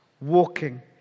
Walking